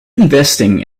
investing